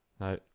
No